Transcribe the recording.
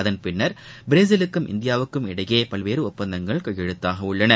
அதன்பின்னர் பிரேஸிலுக்கும் இந்தியாவுக்கும் இடையே பல்வேறு ஒப்பந்தங்கள் கையெழுத்தாகவுள்ளன